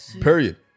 Period